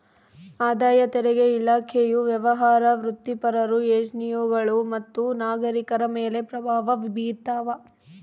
ಆದಾಯ ತೆರಿಗೆ ಇಲಾಖೆಯು ವ್ಯವಹಾರ ವೃತ್ತಿಪರರು ಎನ್ಜಿಒಗಳು ಮತ್ತು ನಾಗರಿಕರ ಮೇಲೆ ಪ್ರಭಾವ ಬೀರ್ತಾವ